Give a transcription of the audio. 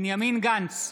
בנימין גנץ,